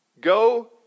go